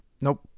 nope